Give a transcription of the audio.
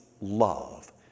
love